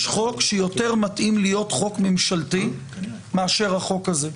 חוק שיותר מתאים להיות חוק ממשלתי מאשר החוק הזה.